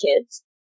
kids